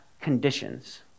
conditions